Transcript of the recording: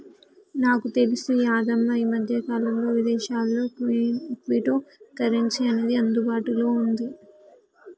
నాకు తెలిసి యాదమ్మ ఈ మధ్యకాలంలో విదేశాల్లో క్విటో కరెన్సీ అనేది అందుబాటులో ఉంది